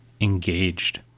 engaged